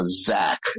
Zach